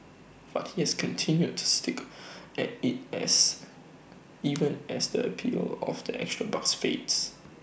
but he has continued to stick at IT as even as the appeal of the extra bucks fades